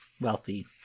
Wealthy